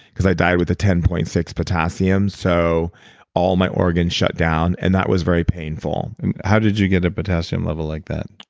i died with a ten point six potassium so all my organ shut down and that was very painful how did you get a potassium level like that?